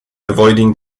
avoiding